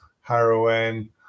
heroin